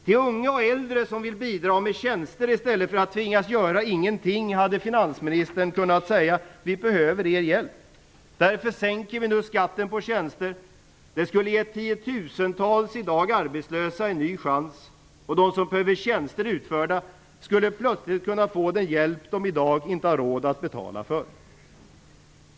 Till unga och äldre som vill bidra med tjänster i stället för att tvingas göra ingenting hade finansministern kunnat säga: Vi behöver er hjälp. Därför sänker vi nu skatten på tjänster. Det skulle ha gett tiotusentals i dag arbetslösa en ny chans, och de som behöver tjänster utförda skulle plötsligt kunna få den hjälp som de i dag inte har råd att betala för.